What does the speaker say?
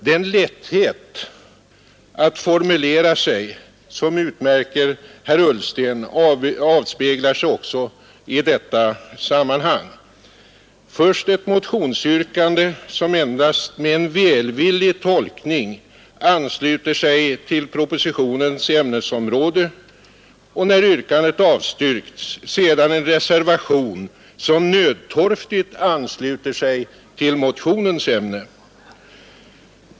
Den lätthet att formulera sig som utmärker herr Ullsten avspeglar sig också i detta sammanhang: först ett motionsyrkande som endast med en välvillig tolkning ansluter sig till propositionens ämnesområde och — när yrkandet avstyrks — sedan en reservation som nödtorftigt ansluter sig till motionens ämne.